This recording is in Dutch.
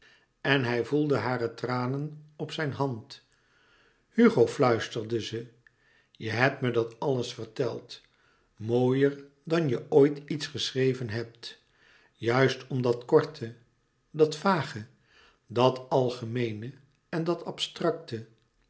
en hij voelde hare tranen op zijn hand hugo fluisterde ze je hebt me dat alles verteld mooier dan je ooit iets geschreven hebt juist om dat korte dat vage dat algemeene en dat abstracte